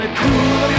cool